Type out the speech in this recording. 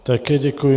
Také děkuji.